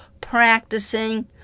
practicing